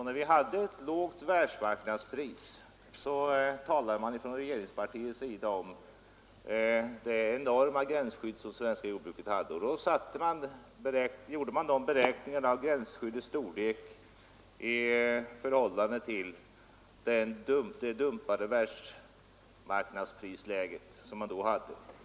När vi hade ett lågt världsmarknadspris talade regeringspartiet om det enorma gränsskydd som det svenska jordbruket hade. Man gjorde alltså beräkningar av gränsskyddets storlek i förhållande till det dumpade världsmarknadsprisläge som vi då hade.